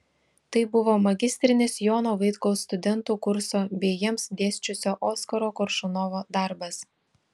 tai buvo magistrinis jono vaitkaus studentų kurso bei jiems dėsčiusio oskaro koršunovo darbas